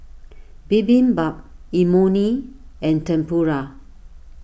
Bibimbap Imoni and Tempura